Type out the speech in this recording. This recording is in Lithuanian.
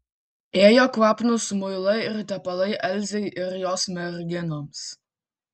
ėjo kvapnūs muilai ir tepalai elzei ir jos merginoms